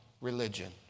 religion